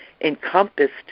encompassed